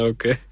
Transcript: Okay